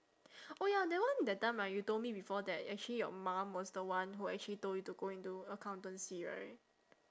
oh ya that one that time ah you told me before that actually your mum was the one that who actually told you to go into accountancy right